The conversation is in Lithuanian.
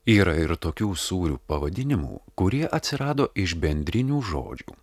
yra ir tokių sūrių pavadinimų kurie atsirado iš bendrinių žodžių